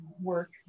work